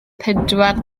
pedwar